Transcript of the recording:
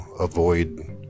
avoid